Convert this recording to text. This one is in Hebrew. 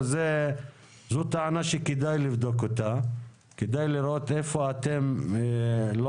זאת טענה שכדאי לבדוק אותה ולראות איפה אתם לא